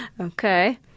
Okay